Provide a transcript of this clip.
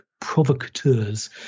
provocateurs